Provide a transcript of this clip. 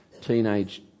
teenage